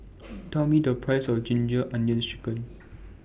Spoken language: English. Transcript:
Tell Me The Price of Ginger Onions Chicken